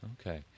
Okay